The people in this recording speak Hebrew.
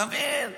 אתה מבין?